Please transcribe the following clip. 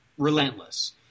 Relentless